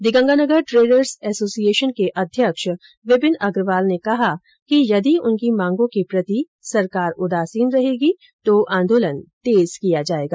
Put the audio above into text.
दी Ganganagar traders association के अध्यक्ष विपिन अग्रवाल ने कहा कि यदि उनकी मांगों के प्रति सरकार उदासीन रहेगी तो आंदोलन तेज किया जायेगा